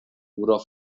oder